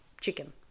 chicken